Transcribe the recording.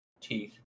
teeth